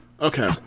Okay